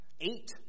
Eight